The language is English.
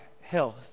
health